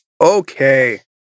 Okay